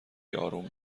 اروم